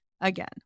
Again